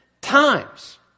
times